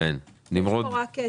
אין שאלות.